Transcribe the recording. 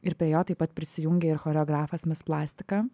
ir be jo taip pat prisijungė ir choreografas mis plastika